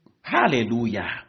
Hallelujah